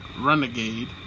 Renegade